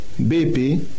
BP